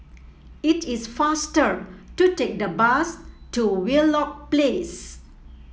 it is faster to take the bus to Wheelock Place